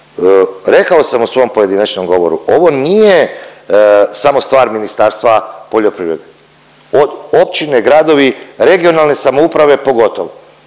Rekao sam u svom pojedinačnom govoru ovo nije samo stvar Ministarstva poljoprivrede od općine, gradovi, regionalne samouprave pogotovo